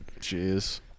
Jeez